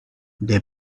they